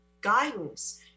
guidance